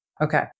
Okay